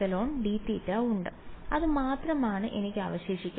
അതിനാൽ ഒരു − 1 ഉണ്ട് എനിക്ക് ഒരു −εdθ ഉണ്ട് അത് മാത്രമാണ് എനിക്ക് അവശേഷിക്കുന്നത്